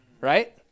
right